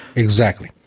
exactly.